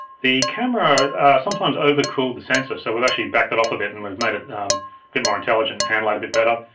the camera sometimes overcooled the sensor, so we've actually backed that off a bit and we've made it a bit more intelligent and handle that a bit better.